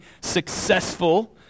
successful